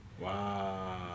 Wow